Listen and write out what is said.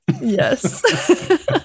yes